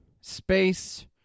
space